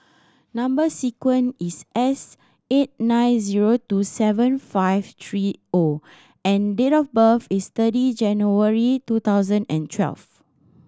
number sequence is S eight nine zero two seven five three O and date of birth is thirty January two thousand and twelve